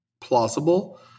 plausible